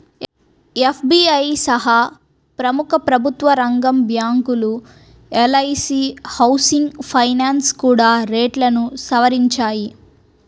SBI సహా ప్రముఖ ప్రభుత్వరంగ బ్యాంకులు, ఎల్.ఐ.సీ హౌసింగ్ ఫైనాన్స్ కూడా రేట్లను సవరించాయి